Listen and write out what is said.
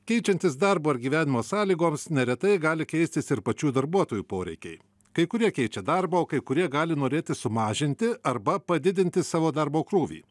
keičiantis darbo ar gyvenimo sąlygoms neretai gali keistis ir pačių darbuotojų poreikiai kai kurie keičia darbą o kai kurie gali norėti sumažinti arba padidinti savo darbo krūvį